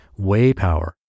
waypower